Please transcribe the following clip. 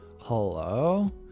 Hello